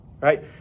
right